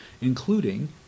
including